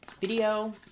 video